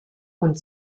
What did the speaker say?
und